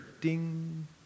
Ding